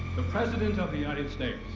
the president of the united states,